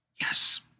Yes